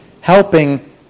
helping